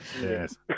Yes